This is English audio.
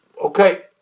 okay